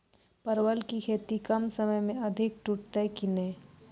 परवल की खेती कम समय मे अधिक टूटते की ने?